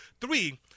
Three